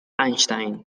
einstein